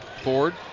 Ford